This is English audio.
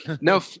No